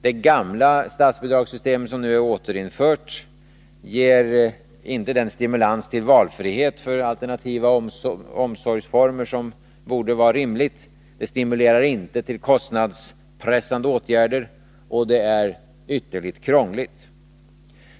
Det gamla statsbidragssystemet, som nu är återinfört, ger inte den stimulans till valfrihet för alternativa omsorgsformer som borde vara rimlig, det stimulerar inte till kostnadspressande åtgärder, och det är ytterligt krångligt.